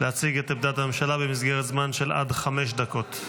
להציג את עמדת הממשלה במסגרת זמן של עד חמש דקות.